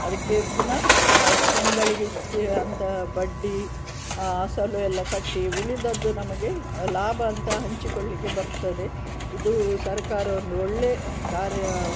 ಅದಕ್ಕೆ ಪುನಃ ತಿಂಗಳಿಗೆ ಇಷ್ಟು ಅಂತ ಬಡ್ಡಿ ಅಸಲು ಎಲ್ಲ ಕಟ್ಟಿ ಉಳಿದದ್ದು ನಮಗೆ ಲಾಭ ಅಂತ ಹಂಚಿಕೊಳ್ಲಿಕ್ಕೆ ಬರ್ತದೆ ಇದು ಸರಕಾರ ಒಂದು ಒಳ್ಳೆಯ ಕಾರ್ಯ